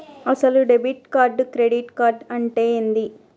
అసలు debit card credit card అంటే ఏంది?